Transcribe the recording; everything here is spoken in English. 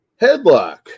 Headlock